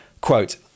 Quote